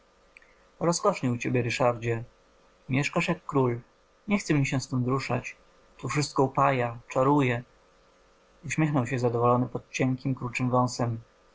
rozkosznie u ciebie ryszardzie mieszkasz jak król nie chce mi się stąd ruszać tu wszystko upaja czaruje uśmiechnął się zadowolony pod cienkim kruczym wąsem